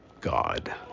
God